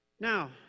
Now